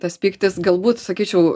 tas pyktis galbūt sakyčiau